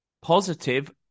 positive